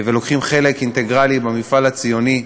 ולוקחים חלק אינטגרלי במפעל הציוני,